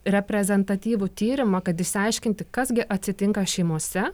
reprezentatyvų tyrimą kad išsiaiškinti kas gi atsitinka šeimose